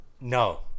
No